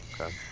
Okay